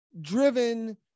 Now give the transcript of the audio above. driven